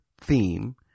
theme